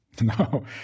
No